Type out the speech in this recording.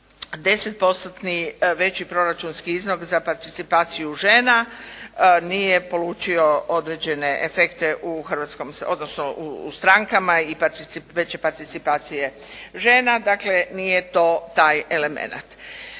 10%-tni veći proračunski iznos za participaciju žena nije polučio određene efekte u strankama i veće participacije žena, dakle nije to taj elemenat.